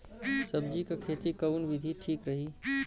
सब्जी क खेती कऊन विधि ठीक रही?